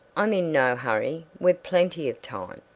i'm in no hurry. we've plenty of time.